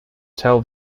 tell